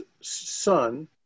son